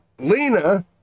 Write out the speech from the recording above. Lena